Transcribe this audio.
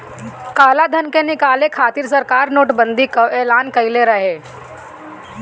कालाधन के निकाले खातिर सरकार नोट बंदी कअ एलान कईले रहे